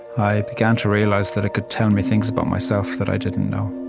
i began to realize that it could tell me things about myself that i didn't know